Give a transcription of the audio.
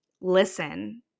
listen